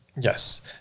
Yes